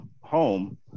Home